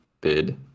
bid